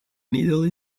needle